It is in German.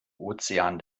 ozean